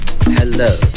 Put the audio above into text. hello